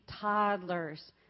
toddlers